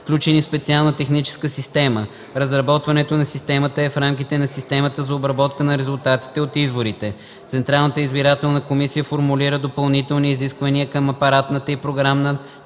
включени в специална техническа система. Разработването на системата е в рамките на системата за обработка на резултатите от изборите. Централната избирателна комисия формулира допълнителни изисквания към апаратната и програмна